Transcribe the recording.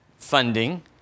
Funding